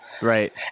Right